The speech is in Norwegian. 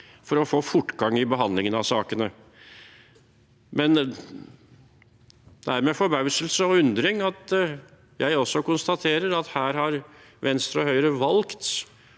for å få fortgang i behandlingen av sakene. Det er imidlertid med forbauselse og undring jeg konstaterer at her har Venstre og Høyre valgt